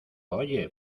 oye